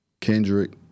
Kendrick